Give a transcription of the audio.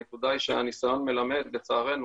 הנקודה היא שהניסיון מלמד לצערנו